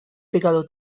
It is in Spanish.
pecado